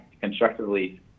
constructively